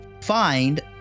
find